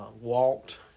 Walked